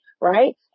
right